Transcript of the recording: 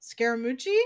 Scaramucci